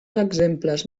exemples